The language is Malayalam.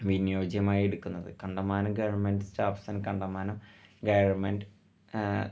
വിനിയോജ്യമായി എടുക്കുന്നത് കണ്ടമാനം ഗവണ്മെൻറ്റ് സ്റ്റാഫ്സ് കണ്ടമാനം ഗവണ്മെൻ്റ്